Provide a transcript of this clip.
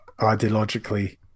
ideologically